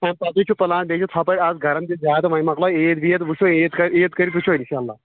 تٔمہِ پتے چھُ پُلان بیٚیہِ چھُ ہُپٲرۍ اَز گرم تہِ زیٛادٕ وۅنۍ مۅکلٲو عیٖد ویٖد وُچھو عیٖد کر عیٖد کٔرِتھ وُچھو اِنشا اللہ